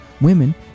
Women